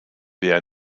wer